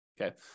okay